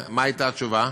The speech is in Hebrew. מה הייתה התשובה?